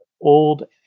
old